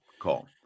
call